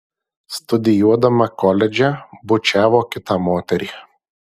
studijuodama koledže bučiavo kitą moterį